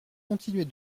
continuer